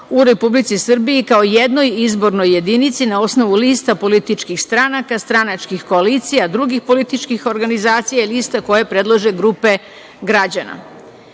u Republici Srbiji, kao jednoj izbornoj jedinici na osnovu lista političkih stranaka, stranačkih koalicija, drugih političkih organizacija lista koja predlaže grupa građana.